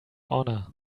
honor